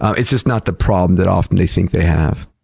it's just not the problem that often they think they have.